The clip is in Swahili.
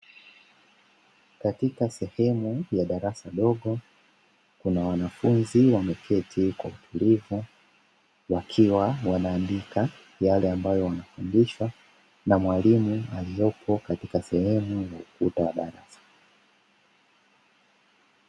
Katika sehemu ya darasa dogo, kuna wanafunzi wameketi kwa utulivu, wakiwa wanaandika yale ambayo wanafundishwa na mwalimu aliopo katika sehemu ya ukuta wa darasa.